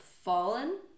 fallen